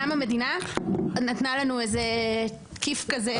גם המדינה נתנה לנו איזה כיף כזה".